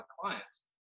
clients